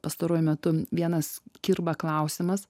pastaruoju metu vienas kirba klausimas